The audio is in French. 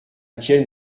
tienne